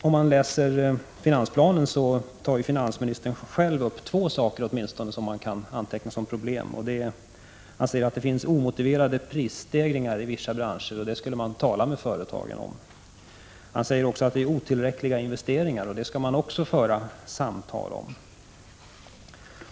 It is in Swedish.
Om man läser finansplanen, finner man att finansministern själv tar upp åtminstone två saker som man kan anteckna som problem. Han säger att det finns omotiverade prisstegringar i vissa branscher; det skall man tala med företagen om. Han säger ockå att investeringarna är otillräckliga; det skall man också föra samtal om.